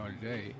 today